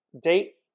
date